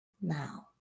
now